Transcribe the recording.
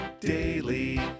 daily